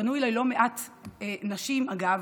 פנו אליי לא מעט נשים, אגב,